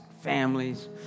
families